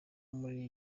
muri